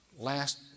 last